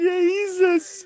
Jesus